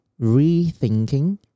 rethinking